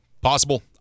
possible